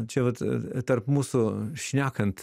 čia vat a tarp mūsų šnekant